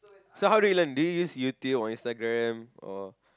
so how do you learn do you use YouTube or Instagram or